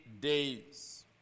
days